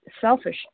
selfish